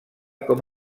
com